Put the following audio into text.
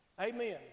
Amen